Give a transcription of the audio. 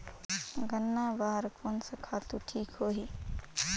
गन्ना बार कोन सा खातु ठीक होही?